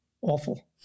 awful